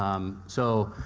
um so,